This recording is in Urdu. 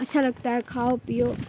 اچھا لگتا ہے کھاؤ پیو